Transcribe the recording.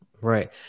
Right